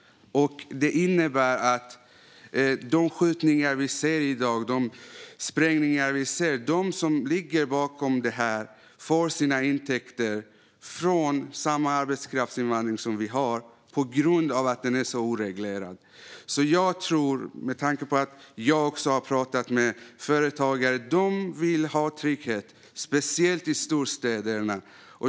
Det innebär att de som ligger bakom de skjutningar och sprängningar vi ser i dag får sina intäkter från den arbetskraftsinvandring vi har, på grund av att den är så oreglerad. Jag tror, med tanke på att jag också har pratat med företagare, att de vill ha trygghet, speciellt i storstäderna.